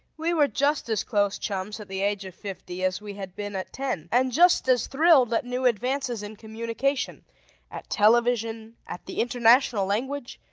we were just as close chums at the age of fifty as we had been at ten, and just as thrilled at new advances in communication at television, at the international language,